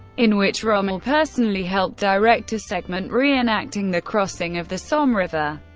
in which rommel personally helped direct a segment reenacting the crossing of the somme river.